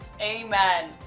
Amen